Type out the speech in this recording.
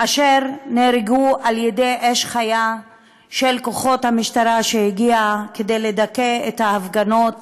אשר נהרגו באש חיה של כוחות המשטרה שהגיעו כדי לדכא את ההפגנות